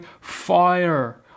fire